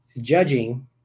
judging